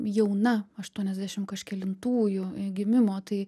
jauna aštuoniasdešim kažkelintųjų gimimo tai